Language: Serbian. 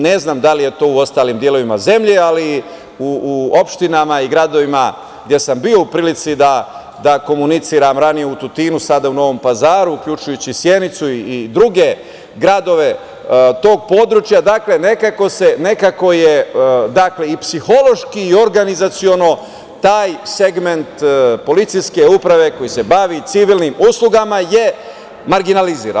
Ne znam da li je tako u ostalim delovima zemlje, ali u opštinama i gradovima gde sam bio u prilici da komuniciram, ranije u Tutinu, a sada u Novom Pazaru, uključujući Sjenicu i druge gradove tog područja, nekako je i psihološki i organizaciono taj segment policijske uprave koji se bavi civilnim uslugama je marginalizirao.